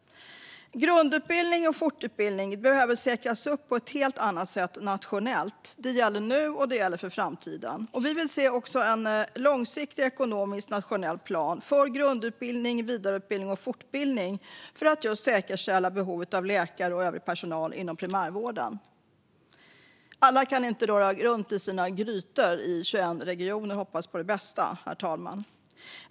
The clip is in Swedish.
Grundutbildning och fortutbildning behöver säkras på ett helt annat sätt nationellt. Det gäller nu, och det gäller för framtiden. Vi vill se en långsiktig ekonomisk nationell plan för grundutbildning, vidareutbildning och fortbildning för att just säkerställa behovet av läkare och övrig personal inom primärvården. Alla kan inte röra runt i sina grytor i 21 regioner och hoppas på det bästa, herr talman.